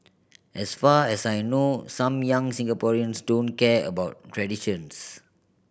as far as I know some young Singaporeans don't care about traditions